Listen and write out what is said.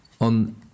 On